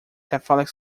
catholic